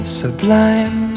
sublime